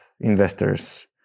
investors